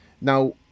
now